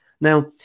Now